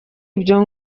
ibyo